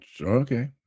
okay